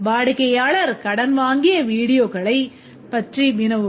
வாடிக்கையாளர் கடன் வாங்கிய வீடியோக்களைப் பற்றி வினவுவர்